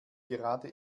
gerade